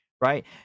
right